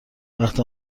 وقت